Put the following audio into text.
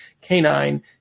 canine